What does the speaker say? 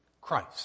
Christ